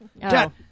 Dad